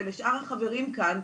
ולשאר החברים כאן,